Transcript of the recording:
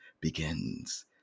begins